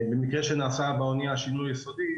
במקרה שנעשה באונייה שינוי יסודי,